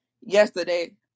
Yesterday